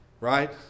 Right